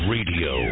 Radio